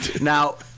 Now